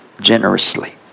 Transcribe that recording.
generously